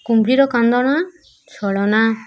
କୁମ୍ଭୀର କାନ୍ଦଣା ଛଳନା